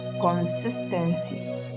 consistency